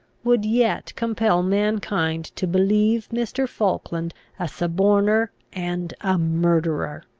would yet compel mankind to believe mr. falkland a suborner and a murderer!